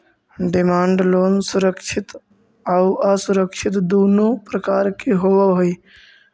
demand loan सुरक्षित आउ असुरक्षित दुनों प्रकार के होवऽ हइ